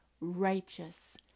righteous